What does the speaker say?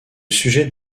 sujet